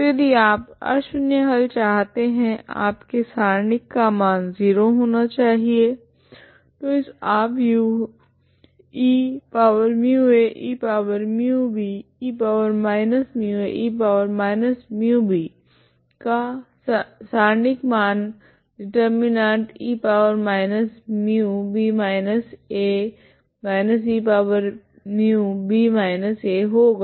तो यदि आप अशून्य हल चाहते है आपके सारणिक का मान 0 होना चाहिए तो इस आव्यूह का सारणिक का मान det ¿ e−μb−a−eμb−a होगा